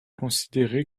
considéré